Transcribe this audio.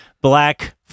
Black